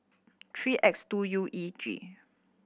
three X two U E G